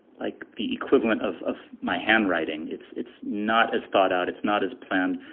like the equivalent of of my handwriting. it's it's not as thought out. it's not as planned.